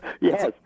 Yes